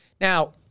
Now